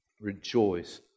Rejoice